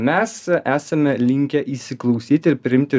mes esame linkę įsiklausyti ir priimti